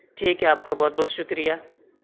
ٹھیک ہے آپ کا بہت بہت شکریہ